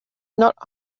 not